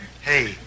Hey